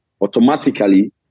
automatically